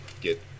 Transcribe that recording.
get